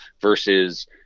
versus